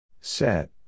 Set